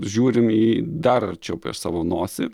žiūrim į dar arčiau savo nosį